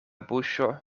buŝo